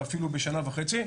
אפילו בשנה וחצי,